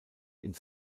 ins